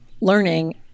learning